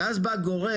ואז בא גורם,